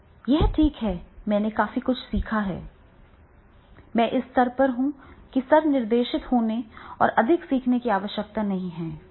यह ठीक है मैंने काफी कुछ सीखा है मैं इस स्तर पर हूं कि स्व निर्देशित होने और अधिक सीखने की आवश्यकता नहीं है